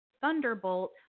thunderbolt